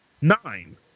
nine